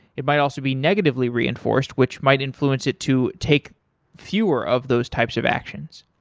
it might also be negatively reinforced which might influence it to take fewer of those types of actions.